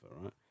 right